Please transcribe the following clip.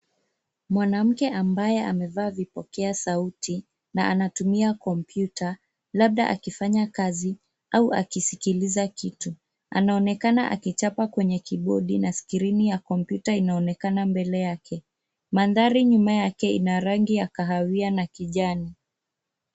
Mwanamke ambaye amevaa vipokea sauti na anatumia kompyuta labda akifanya kazi au akisikiliza kitu . Anaonekana aki chapa kwenye kibodi na skrini ya kompyuta inaonekana mbele yake. Mantahri nyuma yake ina rangi ya kahawia na kijani.